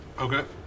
Okay